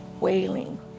wailing